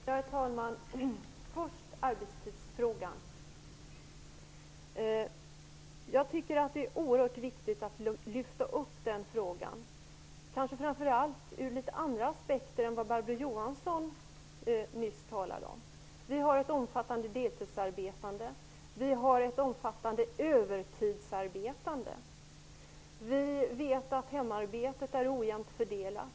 Herr talman! Jag skall först ta upp arbetstidsfrågan. Det är oerhört viktigt att lyfta fram den frågan, kanske framför allt ur litet andra aspekter än Barbro Johansson gjorde. Vi har ett omfattande deltidsarbetande och ett omfattande övertidsarbetande. Vi vet att hemarbetet är ojämnt fördelat.